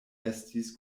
estis